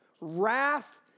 Wrath